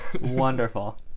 Wonderful